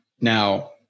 Now